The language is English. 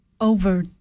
over